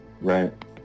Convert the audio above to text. right